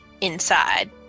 inside